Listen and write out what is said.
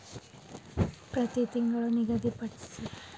ಪ್ರತಿ ತಿಂಗಳು ನಿಗದಿಪಡಿಸಿರುವ ಇ.ಎಂ.ಐ ಗಿಂತ ಹೆಚ್ಚುವರಿ ಸಾಲದ ಹಣವನ್ನು ಪಾವತಿಸಬಹುದೇ?